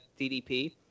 DDP